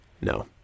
No